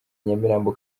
nyamirambo